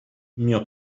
mio